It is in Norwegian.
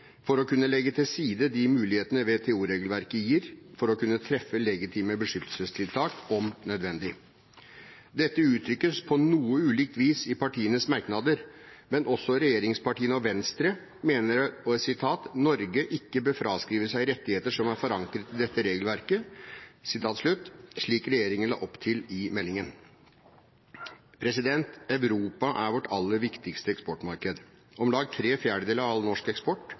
for å kunne legge til side de mulighetene WTO-regelverket gir for å kunne treffe legitime beskyttelsestiltak, om nødvendig. Dette uttrykkes på noe ulikt vis i partienes merknader, men også regjeringspartiene og Venstre mener at «Norge ikke bør fraskrive seg rettigheter som er forankret i dette regelverket», slik regjeringen la opp til i meldingen. Europa er vårt aller viktigste eksportmarked. Om lag tre fjerdedeler av all norsk eksport